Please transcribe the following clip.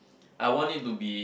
I want it to be